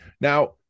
Now